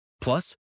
Plus